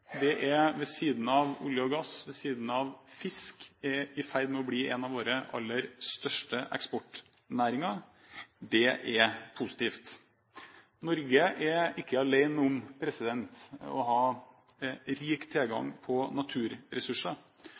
næringsliv internasjonalt. Ved siden av olje og gass og ved siden av fisk er dette i ferd med å bli en av våre aller største eksportnæringer. Det er positivt. Norge er ikke alene om å ha rik tilgang på naturressurser.